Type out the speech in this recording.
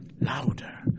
louder